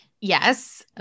Yes